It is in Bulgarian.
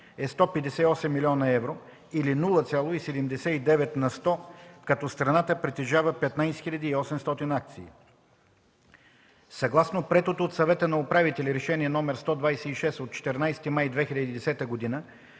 е 158 милиона евро или 0,79 на сто, като страната притежава 15 800 акции. Съгласно приетото от Съвета на управителите Решение № 126 от 14 май 2010 г.